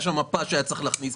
הייתה מפה שהיה צריך להכניס,